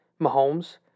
Mahomes